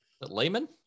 Lehman